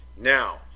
Now